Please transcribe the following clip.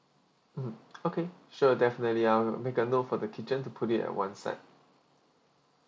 mm okay sure definitely I'll make a note for the kitchen to put it at one side